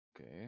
Okay